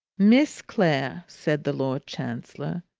miss clare, said the lord chancellor.